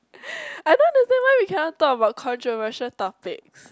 I don't understand why we cannot talk about controversial topics